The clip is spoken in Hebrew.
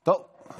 טוב,